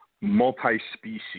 multi-species